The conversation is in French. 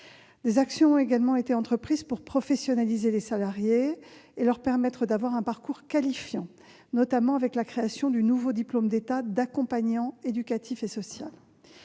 Des actions ont également été entreprises pour professionnaliser ces salariés et leur permettre d'avoir un parcours qualifiant, notamment avec la création du nouveau diplôme d'État d'accompagnant éducatif et social.